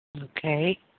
Okay